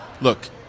look